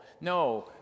no